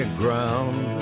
ground